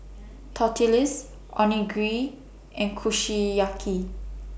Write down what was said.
Tortillas Onigiri and Kushiyaki